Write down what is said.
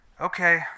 Okay